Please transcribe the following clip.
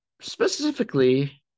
specifically